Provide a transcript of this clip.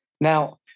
Now